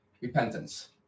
repentance